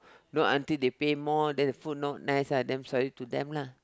not until they pay more then the food not nice ah then sorry to them lah